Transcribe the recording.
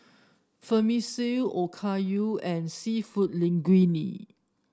Vermicelli Okayu and seafood Linguine